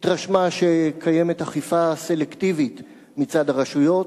התרשמה שקיימת אכיפה סלקטיבית מצד הרשויות,